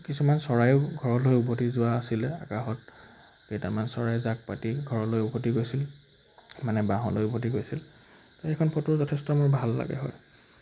কিছুমান চৰাইও ঘৰলৈ উভতি যোৱা আছিলে আকাশত কেইটামান চৰাই যাক পাতি ঘৰলৈ উভতি গৈছিল মানে বাঁহলৈ উভতি গৈছিল সেইখন ফটো যথেষ্ট মোৰ ভাল লাগে হয়